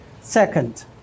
Second